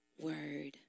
word